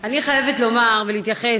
אני חייבת לומר ולהתייחס,